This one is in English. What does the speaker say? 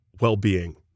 well-being